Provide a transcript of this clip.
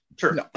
sure